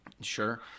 Sure